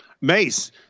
Mace